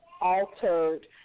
altered